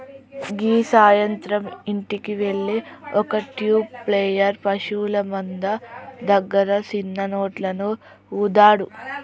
గీ సాయంత్రం ఇంటికి వెళ్తే ఒక ట్యూబ్ ప్లేయర్ పశువుల మంద దగ్గర సిన్న నోట్లను ఊదాడు